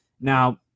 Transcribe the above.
now